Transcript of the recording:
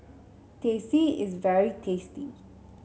Teh C is very tasty